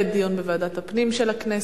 לדיון בוועדת הפנים של הכנסת.